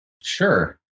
Sure